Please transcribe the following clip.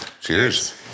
Cheers